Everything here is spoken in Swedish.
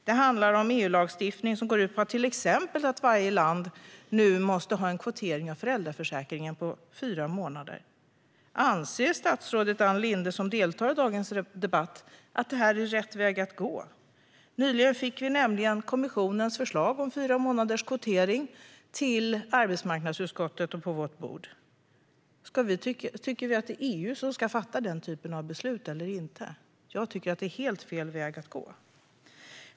Det handlar om EU-lagstiftning som till exempel går ut på att varje land måste ha en kvotering av föräldraförsäkringen på fyra månader. Anser statsrådet Ann Linde, som deltar i dagens debatt, att detta är rätt väg att gå? Nyligen fick vi nämligen kommissionens förslag om fyra månaders kvotering på arbetsmarknadsutskottets bord. Tycker vi att EU ska fatta den typen av beslut eller inte? Jag tycker att det är helt fel väg att gå.